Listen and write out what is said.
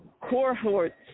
cohorts